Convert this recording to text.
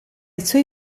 suoi